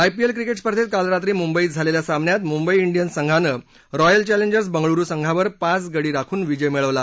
IPL cricket स्पर्धेत काल रात्री मुंबईत झालेल्या सामन्यात मुंबई डियन्स संघानं रॉयल चॅलेंजर्स बंगळुरू संघावर पाच गडी राखून विजय मिळवला